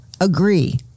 Agree